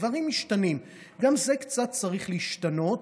דברים משתנים, וגם זה קצת צריך להשתנות,